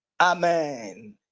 Amen